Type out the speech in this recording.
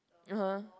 (uh huh)